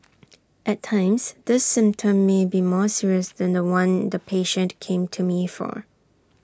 at times this symptom may be more serious than The One the patient came to me for